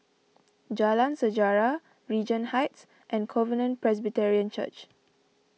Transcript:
Jalan Sejarah Regent Heights and Covenant Presbyterian Church